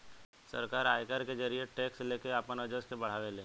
सरकार आयकर के जरिए टैक्स लेके आपन राजस्व के बढ़ावे ले